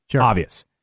obvious